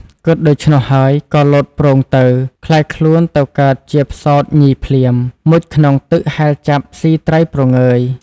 គិតដូច្នោះហើយក៏លោតប្រូងទៅ ក្លាយខ្លួនទៅកើតជាផ្សោតញីភ្លាម មុជក្នុងទឹកហែលចាប់ ត្រីស៊ីព្រងើយ។